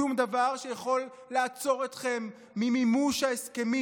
שום דבר שיכול לעצור אתכם ממימוש ההסכמים